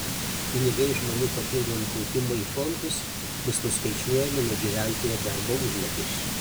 pinigai žmonių papildomam kaupimui į fondus bus nuskaičiuojami nuo gyventojo darbo užmokesčio